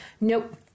Nope